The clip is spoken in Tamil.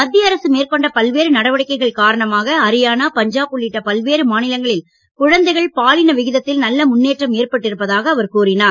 மத்திய அரசு மேற்கொண்ட பல்வேறு நடவடிக்கைகள் காரணமாக அரியானா பஞ்சாப் உள்ளிட்ட பல்வேறு மாநிலங்களில் குழந்தைகள் பாலின விகிதத்தில் நல்ல முன்னேற்றம் ஏற்பட்டிருப்பதாக அவர் கூறினார்